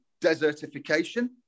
desertification